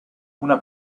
una